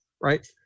right